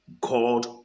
God